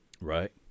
Right